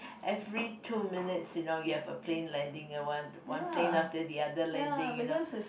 every two minutes you know you have a plane landing the one one plane after the other landing you know